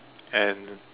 and